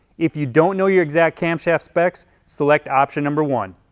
if you don't know your exact camshaft specs, select option number one.